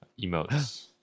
Emotes